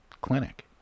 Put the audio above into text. clinic